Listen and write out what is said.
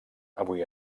avui